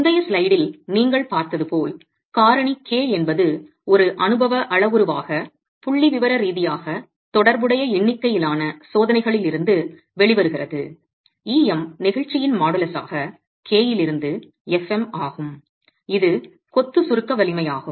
முந்தைய ஸ்லைடில் நீங்கள் பார்த்தது போல் காரணி k என்பது ஒரு அனுபவ அளவுருவாக புள்ளிவிவர ரீதியாக தொடர்புடைய எண்ணிக்கையிலான சோதனைகளில் இருந்து வெளிவருகிறது Em நெகிழ்ச்சியின் மாடுலஸாக k இலிருந்து fm ஆகும் இது கொத்து சுருக்க வலிமையாகும்